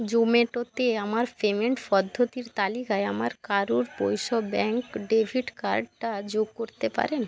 জোম্যাটোতে আমার পেমেন্ট পদ্ধতির তালিকায় আমার কারুর বৈশ্য ব্যাংক ডেবিট কার্ডটা যোগ করতে পারেন